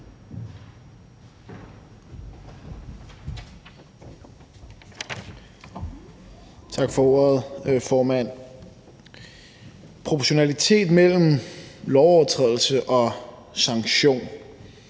Proportionalitet mellem lovovertrædelse og sanktion